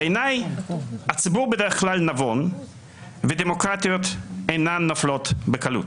בעיניי הציבור בדרך כלל נבון ודמוקרטיות אינן נופלות בקלות.